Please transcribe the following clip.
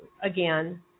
again